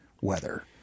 weather